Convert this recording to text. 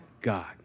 God